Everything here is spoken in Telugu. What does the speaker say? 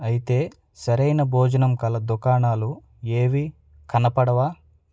అయితే సరైన భోజనంగల దుకాణాలు ఏవీ కనపడవా